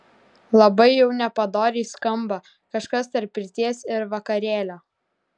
labai jau nepadoriai skamba kažkas tarp pirties ir vakarėlio